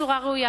בצורה ראויה.